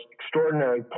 extraordinary